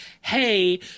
hey